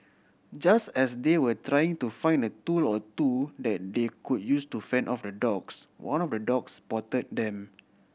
just as they were trying to find a tool or two that they could use to fend off the dogs one of the dogs spot them